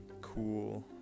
cool